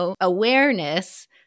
awareness